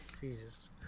Jesus